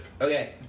Okay